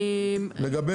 לגבי